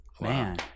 Man